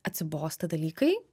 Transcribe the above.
atsibosta dalykai